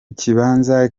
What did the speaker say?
kibanza